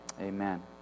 amen